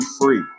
free